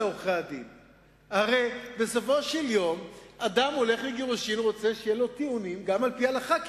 הרי בסופו של יום אדם שהולך לגירושים